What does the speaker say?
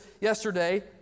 yesterday